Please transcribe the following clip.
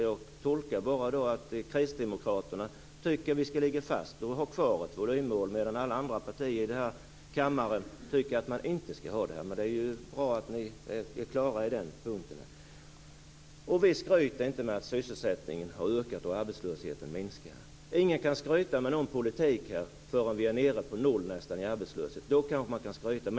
Jag tolkar det som att kristdemokraterna tycker att vi skall ligga fast vid ett volymmål, medan alla andra partier i denna kammare tycker att man inte skall göra det. Det är bra att ni är klara på den punkten. Vi skryter inte med att sysselsättningen ökar och att arbetslösheten minskar. Ingen kan skryta med någon politik förrän vi är nere på noll, nästan, vad gäller arbetslöshet. Då kan man kanske skryta.